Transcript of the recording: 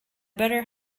better